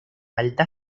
alta